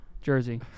jersey